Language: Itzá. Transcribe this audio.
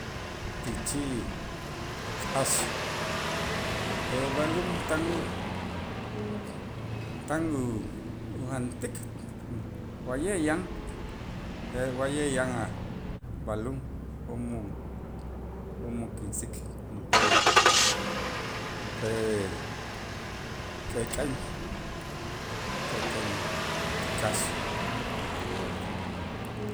ti chi' k'as je' b'alum tan u tan u- ujantik wa'ye' yan wa'ye yan a' b'alum jo'mo jo'mo kinsik junp'ee junp'ee k'ek'en k'ek'en ti k'aax.